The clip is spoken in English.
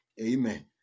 amen